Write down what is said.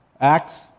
Acts